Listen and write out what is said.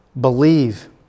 Believe